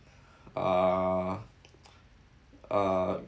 uh uh